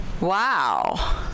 Wow